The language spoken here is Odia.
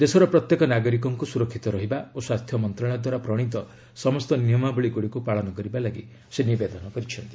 ଦେଶର ପ୍ରତ୍ୟେକ ନାଗରିକଙ୍କୁ ସୁରକ୍ଷିତ ରହିବା ଓ ସ୍ୱାସ୍ଥ୍ୟ ମନ୍ତ୍ରଣାଳୟ ଦ୍ୱାରା ପ୍ରଣୀତ ସମସ୍ତ ନିୟମାବଳୀ ଗୁଡ଼ିକୁ ପାଳନ କରିବା ପାଇଁ ସେ ନିବେଦନ କରିଛନ୍ତି